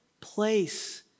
place